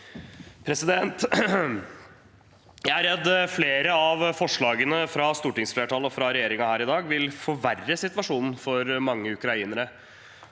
Jeg er redd flere av forslagene fra stortingsflertallet og fra regjeringen her i dag vil forverre situasjonen for mange ukrainere.